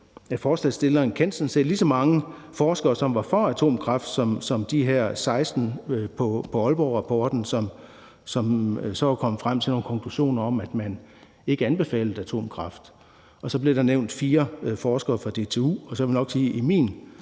for forslagsstillerne sådan set kendte lige så mange forskere, som var for atomkraft, som de her 16 med Aalborgrapporten, som så var kommet frem til nogle konklusioner om, at man ikke anbefalede atomkraft. Så blev der nævnt 4 forskere fra DTU, og man må nok sige, hvis